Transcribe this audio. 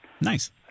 Nice